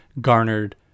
garnered